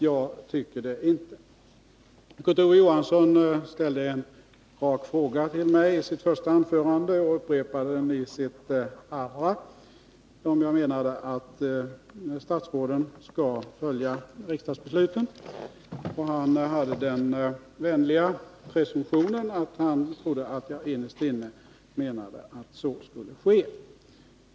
Jag tycker det inte. Kurt Ove Johansson ställde en rak fråga till mig i sitt första anförande och upprepade den i sitt andra. Han frågade om jag menade att statsråden skall följa riksdagsbesluten. Hans vänliga presumtion var att han trodde att jag innerst inne menade att de bör göra det.